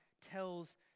tells